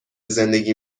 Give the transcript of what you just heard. زندگی